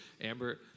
amber